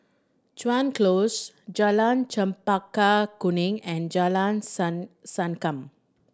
Chuan Close Jalan Chempaka Kuning and Jalan San Sankam